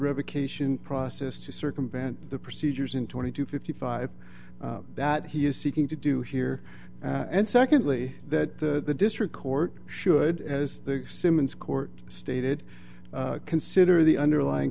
revocation process to circumvent the procedures in twenty to fifty five that he is seeking to do here and secondly that the district court should as symons court stated consider the underlying